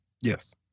Yes